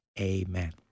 amen